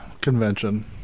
convention